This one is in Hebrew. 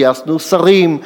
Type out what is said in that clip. גייסנו שרים,